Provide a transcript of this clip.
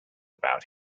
about